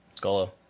Golo